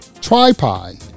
tripod